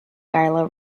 gila